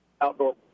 outdoor